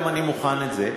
אני מוכן לזה.